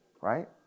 right